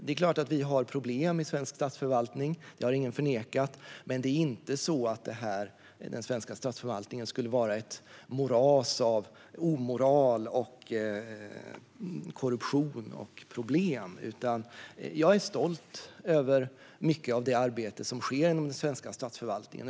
Det är klart att vi har problem i svensk statsförvaltning - det har ingen förnekat. Men det är inte så att den svenska statsförvaltningen skulle vara ett moras av omoral, korruption och problem. Jag är stolt över mycket av det arbete som sker i den svenska statsförvaltningen.